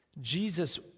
Jesus